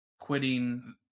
quitting